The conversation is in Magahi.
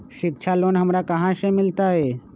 शिक्षा लोन हमरा कहाँ से मिलतै?